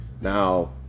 Now